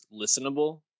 listenable